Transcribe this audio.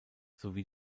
sowie